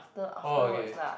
oh okay